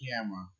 camera